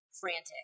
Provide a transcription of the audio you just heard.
frantic